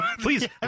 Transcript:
Please